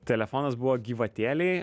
telefonas buvo gyvatėlėj